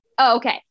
okay